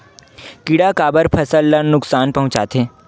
किड़ा काबर फसल ल नुकसान पहुचाथे?